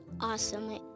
Awesome